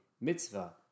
mitzvah